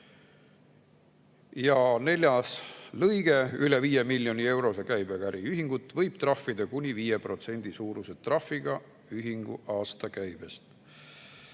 Ja neljas lõige: "Üle viie miljoni eurose käibega äriühingut võib trahvida kuni viie protsendi suuruse trahviga äriühingu aastakäibest."